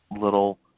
little